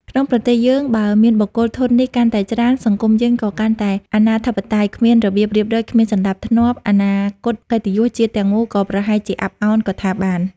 ក្នុងប្រទេសយើងបើមានបុគ្គលធន់នេះកាន់តែច្រើន សង្គមយើងក៏កាន់តែអនាធិបតេយ្យ គ្មានរបៀបរៀបរយ គ្មានសណ្តាប់ធ្នាប់ អនាគតកិត្តិយស ជាតិទាំងមូលក៏ប្រហែលជាអាប់ឱនក៏ថាបាន។